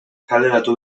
kaleratu